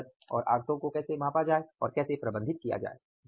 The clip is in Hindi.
निर्गत और आगत को कैसे मापा और प्रबंधित किया जाये